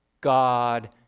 God